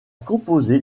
composé